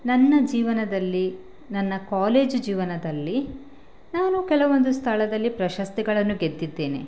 ನನ್ನ ಜೀವನದಲ್ಲಿ ನನ್ನ ಕಾಲೇಜು ಜೀವನದಲ್ಲಿ ನಾನು ಕೆಲವೊಂದು ಸ್ಥಳದಲ್ಲಿ ಪ್ರಶಸ್ತಿಗಳನ್ನು ಗೆದ್ದಿದ್ದೇನೆ